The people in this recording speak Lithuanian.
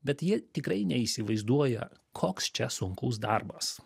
bet jie tikrai neįsivaizduoja koks čia sunkus darbas